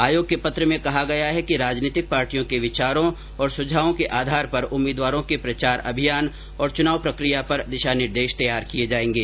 आयोग के पत्र में कहा गया है कि राजनीतिक पार्टियों के विचारों और सुझावों के आधार पर उम्मीदवारों के प्रचार अभियान और चुनाव प्रकिया पर दिशा निर्देश तैयार किए जाएंगे